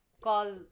call